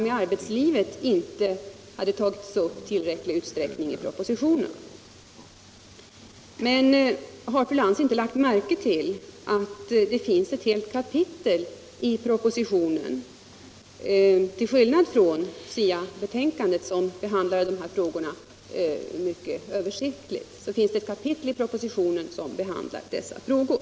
Tyngdpunkten ligger på innehållet och de pedagogiska förändringarna. Fru Lantz angrep också propositionen för att den inte skulle ha tagit upp kontakterna med arbetslivet i tillräcklig utsträckning. Men har fru Lantz inte lagt märke till att propositionen, till skillnad från SIA-betänkandet som berör dessa frågor mycket översiktligt, innehåller ett kapitel som behandlar dessa frågor?